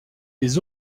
les